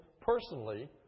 personally